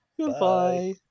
Goodbye